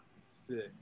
sick